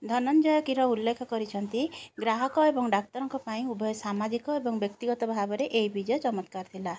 ଧନଞ୍ଜୟ କୀର ଉଲ୍ଲେଖ କରିଛନ୍ତି ଗ୍ରାହକ ଏବଂ ଡାକ୍ତରଙ୍କ ପାଇଁ ଉଭୟ ସାମାଜିକ ଏବଂ ବ୍ୟକ୍ତିଗତ ଭାବରେ ଏହି ବିଜୟ ଚମତ୍କାର ଥିଲା